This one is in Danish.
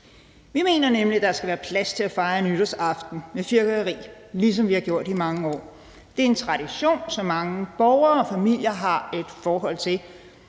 Vi mener nemlig, at der skal være plads til at fejre nytårsaften med fyrværkeri, ligesom vi har gjort i mange år. Det er en tradition, som mange borgere og familier har et forhold til.